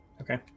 okay